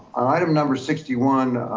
item number sixty one,